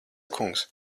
kungs